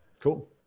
Cool